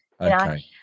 okay